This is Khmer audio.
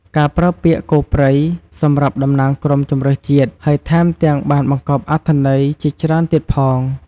ការប្រើពាក្យ "គោព្រៃ" សម្រាប់តំណាងក្រុមជម្រើសជាតិ ហើយថែមទាំងបានបង្កប់អត្ថន័យជាច្រើនទៀតផង។